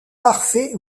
parfait